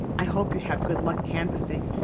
i hope you'll have good luck canvassing,